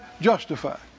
justified